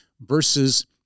Versus